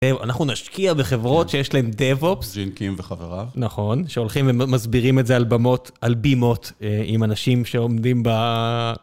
אנחנו נשקיע בחברות שיש להם דב-אופס. ג'ינקים וחבריו. נכון, שהולכים ומסבירים את זה על במות, על בימות, עם אנשים שעומדים ב...